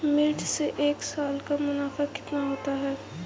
मिर्च से एक साल का मुनाफा कितना होता है?